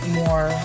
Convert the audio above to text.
more